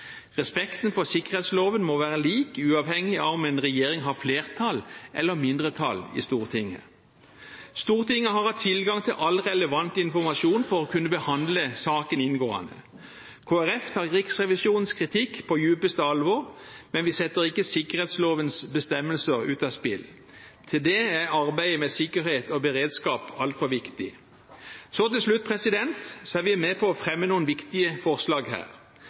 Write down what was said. regjering har flertall eller mindretall i Stortinget. Stortinget har hatt tilgang til all relevant informasjon for å kunne behandle saken inngående. Kristelig Folkeparti tar Riksrevisjonens kritikk på dypeste alvor, men vi setter ikke sikkerhetslovens bestemmelser ut av spill. Til det er arbeidet med sikkerhet- og beredskap altfor viktig. Så til slutt. Vi er med på å fremme noen viktige forslag her.